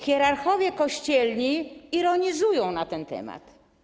Hierarchowie kościelni ironizują na ten temat.